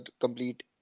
complete